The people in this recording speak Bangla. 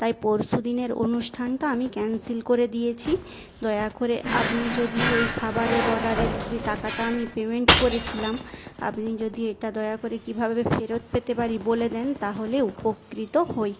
তাই পরশু দিনের অনুষ্ঠানটা আমি ক্যান্সেল করে দিয়েছি দয়া করে আপনি যদি এই খাবারের অর্ডারের যে টাকাটা আমি পেমেন্ট করেছিলাম আপনি যদি এটা দয়া করে কীভাবে ফেরত পেতে পারি বলে দেন তাহলে উপকৃত হই